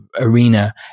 arena